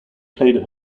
played